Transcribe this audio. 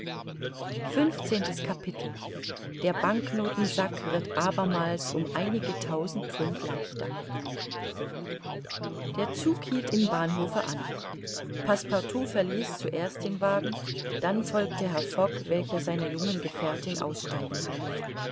der banknoten sack wird abermals um einige tausend pfund leichter der zug hielt im bahnhofe an passepartout verließ zuerst den wagen dann folgte herr fogg welcher seiner jungen gefährtin aussteigen half